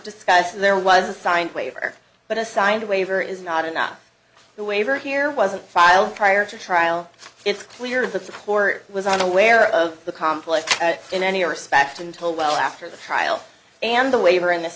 discussed there was a signed waiver but a signed waiver is not enough the waiver here wasn't filed prior to trial it's clear that the court was unaware of the conflict in any respect until well after the trial and the waiver in this